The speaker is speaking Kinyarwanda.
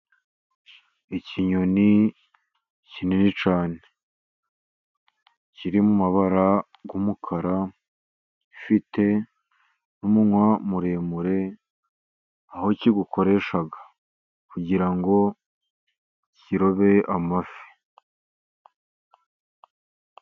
Ikinyoni kinini cyane. Kiri mu mabara y'umukara, gifite n'umunwa muremure, aho kiwukoresha, kugira ngo kirobe amafi.